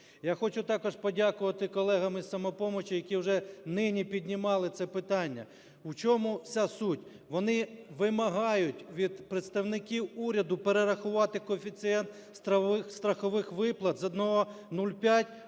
Я хочу також подякувати колегам із "Самопомочі", які вже нині піднімали це питання. У чому вся суть? Вони вимагають від представників уряду перерахувати коефіцієнт страхових виплат з 1,05